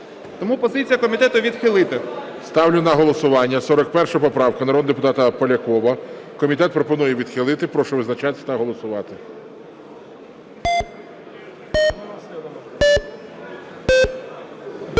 Тому позиція комітету – відхилити. ГОЛОВУЮЧИЙ. Ставлю на голосування 41 поправку народного депутата Полякова. Комітет пропонує відхилити. Прошу визначатись та голосувати.